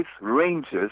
ranges